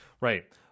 right